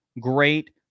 great